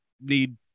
need